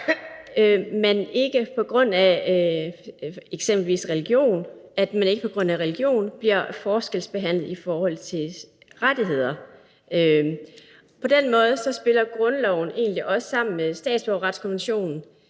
at man ikke på grund af eksempelvis religion bliver forskelsbehandlet i forhold til rettigheder. På den måde spiller grundloven egentlig sammen med statsborgerretskonventionen.